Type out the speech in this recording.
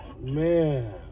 Man